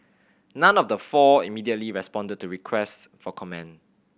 none of the four immediately responded to request for comment